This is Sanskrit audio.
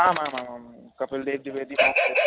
आम् आम् आम् आम् आम् कपिलदेव् द्विवेदीमहोदय